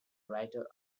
writer